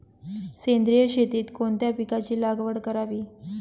सेंद्रिय शेतीत कोणत्या पिकाची लागवड करावी?